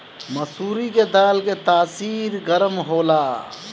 मसूरी के दाल के तासीर गरम होला